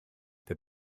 that